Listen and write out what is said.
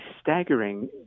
staggering